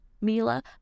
Mila